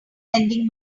lending